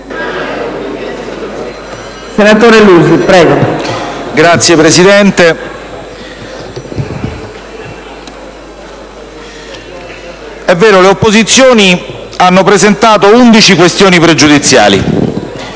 Signora Presidente, è vero: le opposizioni hanno presentato undici questioni pregiudiziali